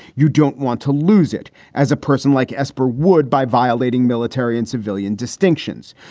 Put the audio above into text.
you don't want to lose it as a person like esper would by violating military and civilian distinctions.